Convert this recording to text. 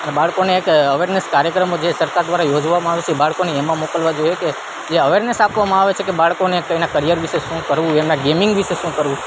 અને બાળકોને એક અવેરનેસ કાર્યક્રમો જે સરકાર દ્વારા યોજવામાં આવે છે એ બાળકોને એમાં મોકલવા જોઈએ કે એ અવેરનેસ આપવામાં આવે છે કે બાળકોને એના કરિયર વિશે શું કરવું એના ગેમિંગ વિશે શું કરવું